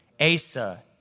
Asa